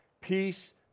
Peace